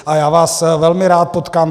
A já vás velmi rád potkám.